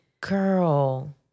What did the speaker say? girl